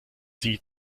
sie